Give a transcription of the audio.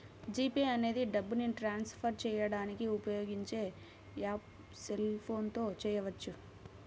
G pay అనేది డబ్బుని transfer చేయడానికి ఉపయోగించే యాప్పు సెల్ ఫోన్ తో చేయవచ్చు